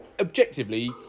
objectively